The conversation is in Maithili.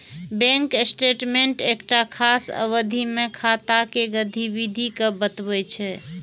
बैंक स्टेटमेंट एकटा खास अवधि मे खाताक गतिविधि कें बतबै छै